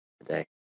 today